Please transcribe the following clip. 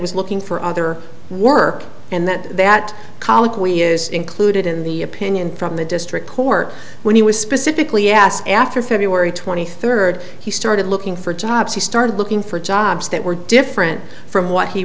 was looking for other work and that that colloquy is included in the opinion from the district court when he was specifically asked after february twenty third he started looking for jobs he started looking for jobs that were different from what he